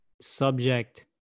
subject